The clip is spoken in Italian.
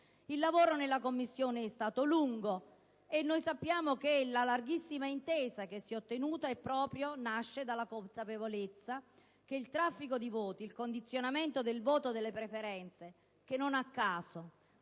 Il lavoro nella Commissione è stato lungo, e sappiamo che la larghissima intesa che si è ottenuta nasce proprio dalla consapevolezza che il traffico di voti, il condizionamento del voto di preferenza, che non a caso